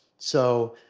so,